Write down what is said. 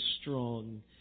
strong